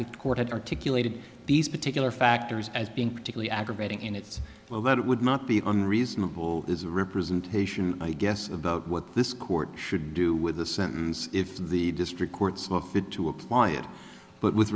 that court had articulated these particular factors as being particularly aggravating in its well that it would not be unreasonable is a representation i guess about what this court should do with the sentence if the district court saw fit to apply it but with